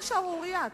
זאת שערורייה.